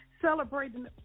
celebrating